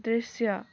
दृश्य